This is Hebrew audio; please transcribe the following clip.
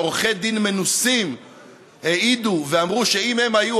שעורכי דין מנוסים העידו ואמרו שאם הם היו